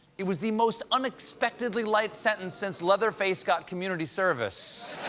it was the most unexpectedly light sentence since leatherface got community service.